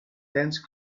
dense